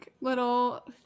little